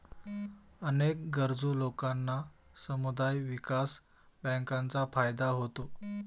अनेक गरजू लोकांना समुदाय विकास बँकांचा फायदा होतो